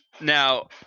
Now –